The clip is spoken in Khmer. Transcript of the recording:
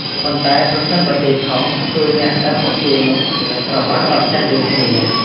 ប៉ុន្តែប្រសិនបើទាយខុសគឺអ្នកដែលមកទាយនោះត្រូវបានដកចេញដូចគ្នា។